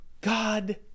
God